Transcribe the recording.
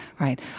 Right